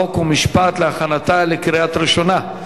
חוק ומשפט להכנתה לקריאה ראשונה.